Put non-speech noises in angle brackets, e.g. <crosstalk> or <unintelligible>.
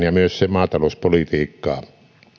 <unintelligible> ja myös sen maatalouspolitiikkaa